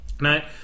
Now